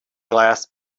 glass